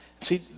See